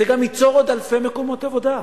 זה גם ייצור עוד אלפי מקומות עבודה,